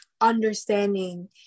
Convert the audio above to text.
understanding